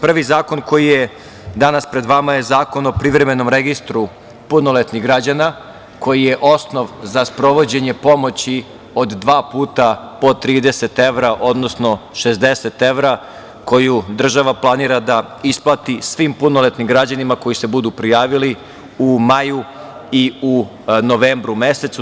Prvi zakon koji je danas pred vama je Zakon o privremenom registru punoletnih građana koji je osnov za sprovođenje pomoći od dva puta po 30 evra, odnosno 60 evra, koji država planira da isplati svim punoletnim građanima koji se budu prijavili u maju i u novembru mesecu.